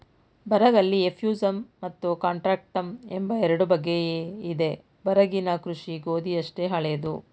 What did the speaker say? ಬರಗಲ್ಲಿ ಎಫ್ಯೂಸಮ್ ಮತ್ತು ಕಾಂಟ್ರಾಕ್ಟಮ್ ಎಂಬ ಎರಡು ಬಗೆಯಿದೆ ಬರಗಿನ ಕೃಷಿ ಗೋಧಿಯಷ್ಟೇ ಹಳೇದು